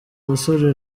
musore